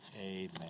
Amen